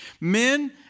Men